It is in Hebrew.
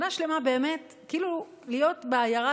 שנה שלמה להיות בעיירה,